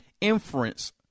inference